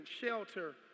shelter